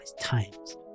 times